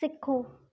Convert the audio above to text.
सिखो